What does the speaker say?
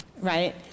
right